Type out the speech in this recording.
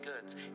goods